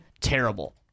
terrible